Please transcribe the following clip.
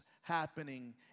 happening